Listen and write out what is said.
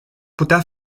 putea